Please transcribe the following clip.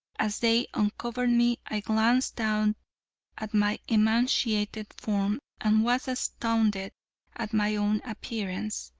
as they uncovered me, i glanced down at my emaciated form and was astounded at my own appearance.